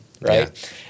right